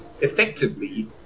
effectively